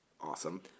Awesome